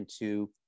into-